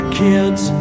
kids